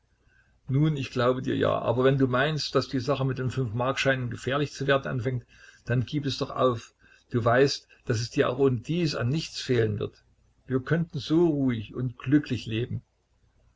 nun ich glaube dir ja aber wenn du meinst daß die sache mit den fünfmarkscheinen gefährlich zu werden anfängt dann gib es doch auf du weißt daß es dir auch ohnedies an nichts fehlen wird wir könnten so ruhig und glücklich leben